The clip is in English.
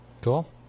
Cool